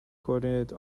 coordinate